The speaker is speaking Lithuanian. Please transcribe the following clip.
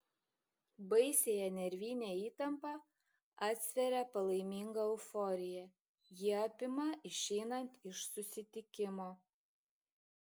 baisiąją nervinę įtampą atsveria palaiminga euforija ji apima išeinant iš susitikimo